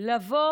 לבוא